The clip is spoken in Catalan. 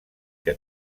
que